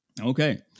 Okay